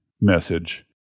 message